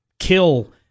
kill